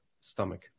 stomach